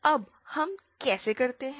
अब हम कैसे करते हैं